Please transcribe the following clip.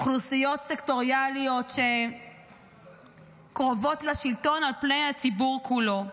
אוכלוסיות סקטוריאליות שקרובות לשלטון על פני הציבור כולו.